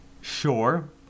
sure